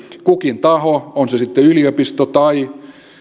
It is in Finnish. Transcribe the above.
kukin taho on se sitten yliopisto tai